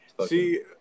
See